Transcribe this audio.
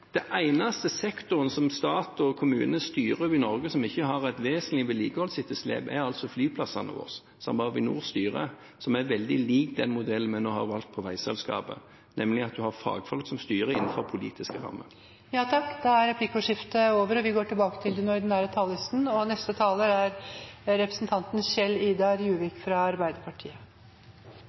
Den eneste sektoren som stat og kommune styrer over i Norge som ikke har et vesentlig vedlikeholdsetterslep, er flyplassene våre, som Avinor styrer. Det er veldig likt den modellen vi nå har valgt for veiselskapet, nemlig at en har fagfolk som styrer innenfor politiske rammer. Replikkordskiftet er omme. De talere som heretter får ordet, har en taletid på inntil 3 minutter. Jeg vil starte med å si, sånn at det uten tvil er